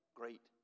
great